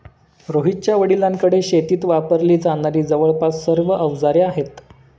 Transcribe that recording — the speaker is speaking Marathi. रोहितच्या वडिलांकडे शेतीत वापरली जाणारी जवळपास सर्व अवजारे आहेत